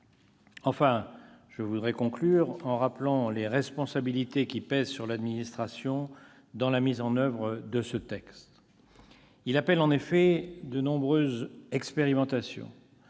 Enfin, je voudrais conclure en rappelant les responsabilités qui pèsent sur l'administration dans la mise en oeuvre de ce texte. Celui-ci appelle en effet de nombreuses expérimentations,